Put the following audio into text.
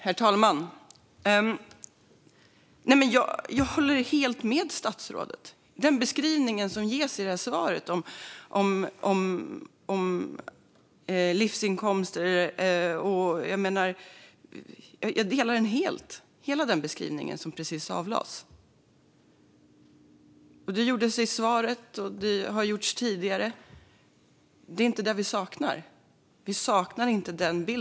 Herr talman! Jag håller helt med statsrådet om den beskrivning av livsinkomster som ges i svaret. Jag håller helt med om hela den beskrivning som precis gavs. Det gjordes i svaret, och det har gjorts tidigare. Det är inte den bilden vi saknar.